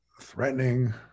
threatening